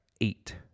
eight